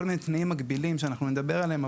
מיני תנאים מגבילים שאנחנו נדבר עליהם,